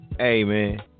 amen